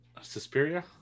Suspiria